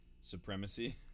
supremacy